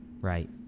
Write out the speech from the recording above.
right